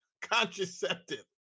contraceptive